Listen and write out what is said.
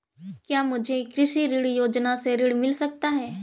क्या मुझे कृषि ऋण योजना से ऋण मिल सकता है?